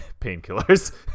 painkillers